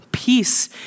Peace